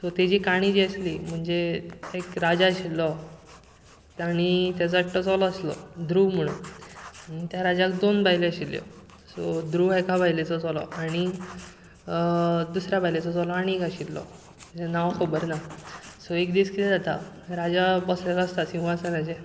so तेजी काणी जी आसली म्हणजे एक राजा आशिल्लो ताणी तेजो एकटो चलो आसलो ध्रुव म्हणून आनी त्या राजाक दोन बायलो आशिल्ल्यो सो ध्रुव एका बायलेचो चलो आनी दुसऱ्या बायलेचो चलो आनी एक आशिल्लो तेजे नांव खबर ना सो एक दीस कितें जाता राजा बसलेलो आसता शिंवासनाचेर